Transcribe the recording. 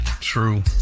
True